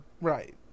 Right